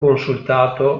consultato